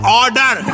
order